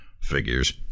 Figures